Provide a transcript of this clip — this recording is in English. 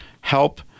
help